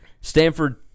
Stanford